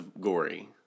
gory